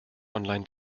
online